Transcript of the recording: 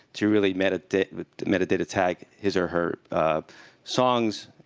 to really meta-data meta-data tag his or her songs,